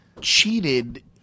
cheated